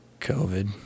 COVID